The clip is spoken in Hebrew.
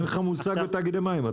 באמת שאין לך מושג בתאגידי מים.